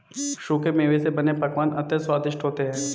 सूखे मेवे से बने पकवान अत्यंत स्वादिष्ट होते हैं